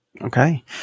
Okay